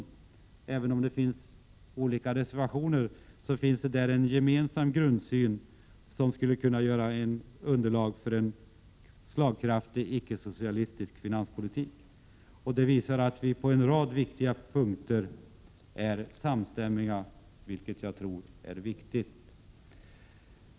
Under mom. 14 finns olika reservationer, men i tre av dessa finns en gemensam grundsyn, som skulle kunna utgöra ett underlag för en slagkraftig icke-socialistisk finanspolitik. På en rad viktiga punkter är vi alltså samstämmiga, vilket jag tror är viktigt.